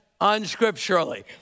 unscripturally